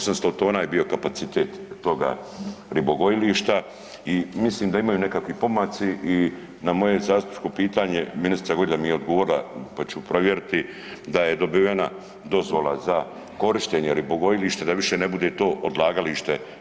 800 tona je bio kapacitet toga ribogojilišta i mislim da imaju nekakvi pomaci i na moje zastupničko pitanje ministrica je govorila da mi je odgovorila, pa ću provjeriti, da je dobivena dozvola za korištenje ribogojilišta da više ne bude to odlagalište.